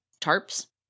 tarps